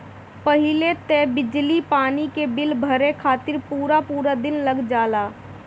पहिले तअ बिजली पानी के बिल भरे खातिर पूरा पूरा दिन लाग जाए